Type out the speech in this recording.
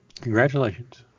Congratulations